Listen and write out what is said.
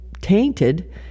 tainted